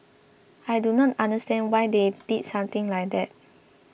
I do not understand why they did something like that